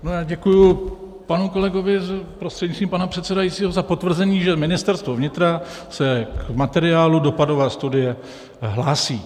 Já děkuji, panu kolegovi prostřednictvím pana předsedajícího za potvrzení, že Ministerstvo vnitra se k materiálu dopadová studie hlásí.